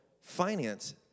finance